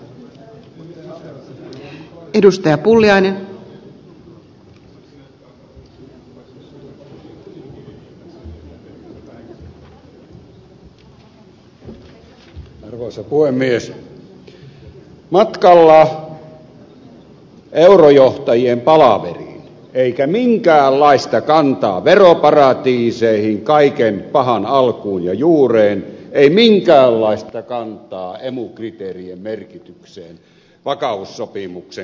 matkalla eurojohtajien palaveriin eikä minkäänlaista kantaa veroparatiiseihin kaiken pahan alkuun ja juureen ei minkäänlaista kantaa emu kriteerien merkitykseen vakaussopimuksen korjausoperaatiossa